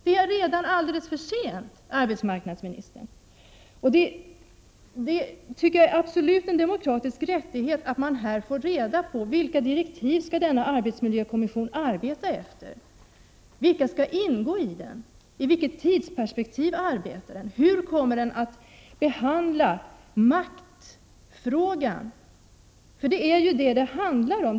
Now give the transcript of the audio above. Det är alldeles för sent, arbetsmarknadsministern. Jag tycker att det är en demokratisk rättighet att vi får reda på vilka direktiv denna arbetsmiljökommission skall arbeta efter, vilka som skall ingå i den, i vilket tidsperspektiv den skall arbeta, hur den kommer att behandla maktfrågan. Det är ju detta det handlar om.